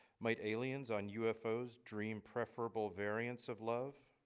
might aliens on ufos dream preferable variants of love,